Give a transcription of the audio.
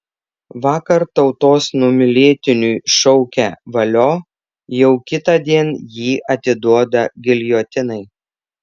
vakar tautos numylėtiniui šaukę valio jau kitądien jį atiduoda giljotinai